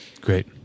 Great